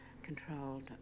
Controlled